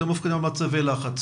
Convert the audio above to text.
אתם מופקדים על מצבי לחץ,